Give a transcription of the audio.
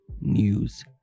news